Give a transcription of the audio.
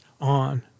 on